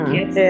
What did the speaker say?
Yes